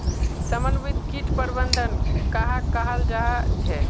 समन्वित किट प्रबंधन कहाक कहाल जाहा झे?